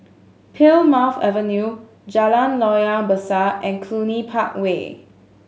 Plymouth Avenue Jalan Loyang Besar and Cluny Park Way